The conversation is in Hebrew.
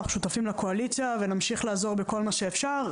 אנחנו שותפים לקואליציה ונמשיך לעזור בכל מה שאפשר.